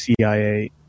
CIA